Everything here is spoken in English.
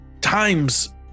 times